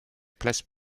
place